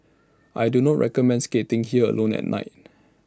I do not recommend skating here alone at night